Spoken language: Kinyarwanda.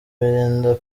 birinda